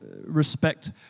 respect